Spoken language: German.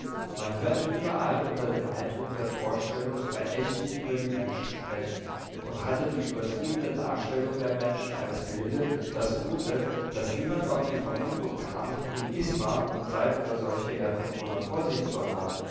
man hörte überall unter dem eindruck der vorstellung verächtlich über die menschen sprechen doch hatte die übertriebene darstellung der menschen als wilde das gute daß niemand auf die vermutung kam in isma und saltner solche erdbewohner vor sich zu haben